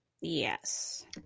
Yes